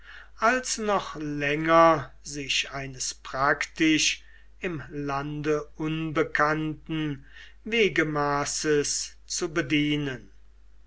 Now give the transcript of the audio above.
als noch länger sich eines praktisch im lande unbekannten wegemaßes zu bedienen